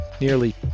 nearly